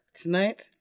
tonight